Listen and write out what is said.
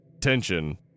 tension